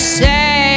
say